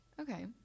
Okay